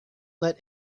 let